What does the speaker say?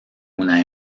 una